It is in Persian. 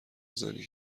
زنی